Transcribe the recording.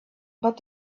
but